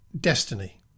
destiny